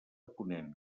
ponent